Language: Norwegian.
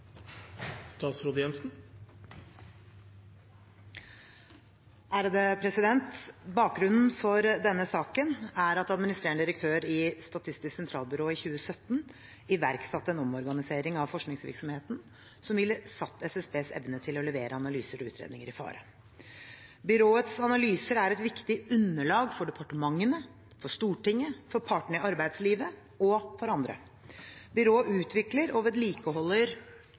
at administrerende direktør i Statistisk sentralbyrå i 2017 iverksatte en omorganisering av forskningsvirksomheten som ville satt SSBs evne til å levere analyser og utredninger i fare. Byråets analyser er et viktig underlag for departementene, for Stortinget, for partene i arbeidslivet og for andre. Byrået utvikler og vedlikeholder